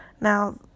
Now